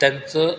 त्यांचं